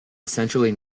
essentially